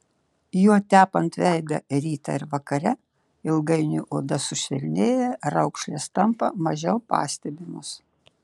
juo tepant veidą rytą ir vakare ilgainiui oda sušvelnėja raukšlės tampa mažiau pastebimos